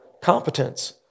competence